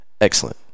excellent